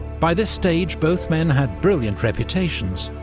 by this stage both men had brilliant reputations,